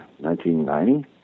1990